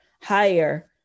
higher